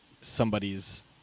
somebody's